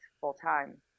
full-time